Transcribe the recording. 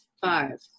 five